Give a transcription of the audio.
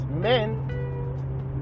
men